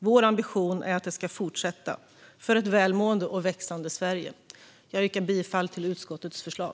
Vår ambition är att det ska fortsätta, för ett välmående och växande Sverige. Jag yrkar bifall till utskottets förslag.